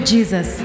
Jesus